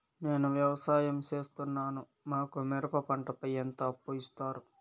నేను వ్యవసాయం సేస్తున్నాను, మాకు మిరప పంటపై ఎంత అప్పు ఇస్తారు